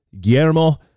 Guillermo